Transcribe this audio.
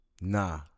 Nah